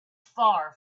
far